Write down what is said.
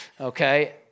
okay